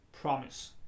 promise